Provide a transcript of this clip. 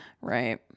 Right